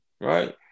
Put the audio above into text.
right